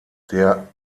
der